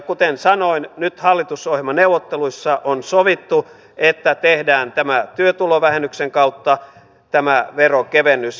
kuten sanoin nyt hallitusohjelmaneuvotteluissa on sovittu että tehdään työtulovähennyksen kautta tämä veronkevennys